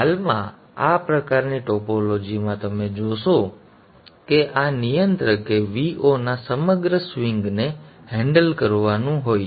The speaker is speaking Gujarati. હાલમાં આ પ્રકારની ટોપોલોજી માં તમે જોશો કે આ નિયંત્રકે Vo ના સમગ્ર સ્વિંગ ને હેન્ડલ કરવાનું હોય છે